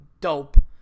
dope